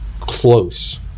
close